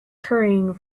hurrying